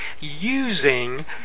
using